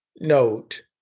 note